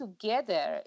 together